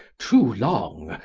too long,